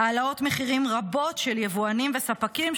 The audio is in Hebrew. העלאות מחירים רבות של יבואנים וספקים,